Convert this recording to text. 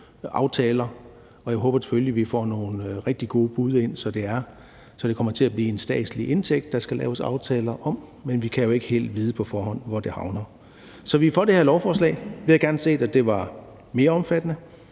aftaler, og jeg håber selvfølgelig, at vi får nogle rigtig gode bud ind, så det kommer til at blive en statslig indtægt, der skal laves aftaler om. Men vi kan jo ikke helt vide på forhånd, hvor det havner. Så vi er for det her lovforslag. Vi havde gerne set, at det var mere omfattende